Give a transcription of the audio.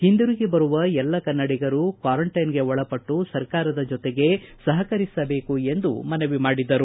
ಹಿಂತಿರುಗಿ ಬರುವ ಎಲ್ಲ ಕನ್ನಡಿಗರು ಕ್ವಾರಂಟ್ಯೆನ್ಗೆ ಒಳಪಟ್ಟು ಸರ್ಕಾರದ ಜೊತೆಗೆ ಸಹಕರಿಸಬೇಕು ಎಂದು ಮನವಿ ಮಾಡಿದರು